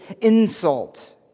insult